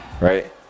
right